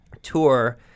Tour